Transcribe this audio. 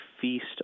feast